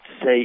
say